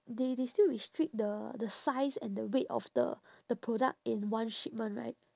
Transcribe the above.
they they still restrict the the size and the weight of the the product in one shipment right